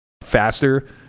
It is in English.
faster